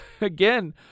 again